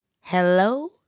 Hello